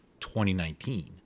2019